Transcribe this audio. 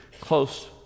close